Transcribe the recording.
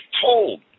told